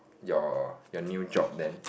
your your new job then